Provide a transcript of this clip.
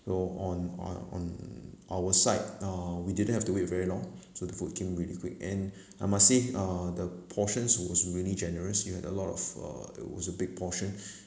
know on on on our side uh we didn't have to wait very long so the food came really quick and I must say uh the portions was really generous we had a lot of uh it was a big portion